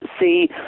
see